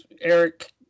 Eric